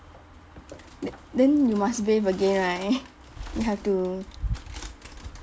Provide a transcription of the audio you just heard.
then you must bathe again right you have to